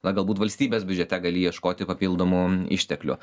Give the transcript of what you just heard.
na galbūt valstybės biudžete gali ieškoti papildomų išteklių